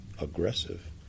aggressive